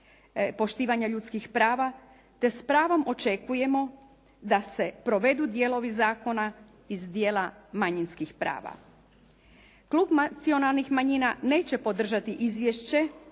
poštivanja ljudskih prava te s pravom očekujemo da se provedu dijelovi zakona iz dijela manjinskih prava. Klub nacionalnih manjina neće podržati izvješće